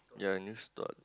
ya in this thought